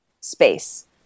space